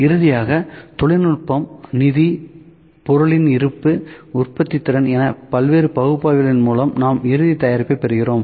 இறுதியாக தொழில்நுட்பம் நிதி பொருளின் இருப்பு உற்பத்தித்திறன் என பல்வேறு பகுப்பாய்வுகளின் மூலம் நாம் இறுதி தயாரிப்பை பெறுகிறோம்